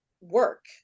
work